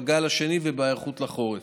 בגל השני ובהיערכות לחורף.